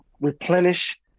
replenish